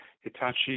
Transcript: Hitachi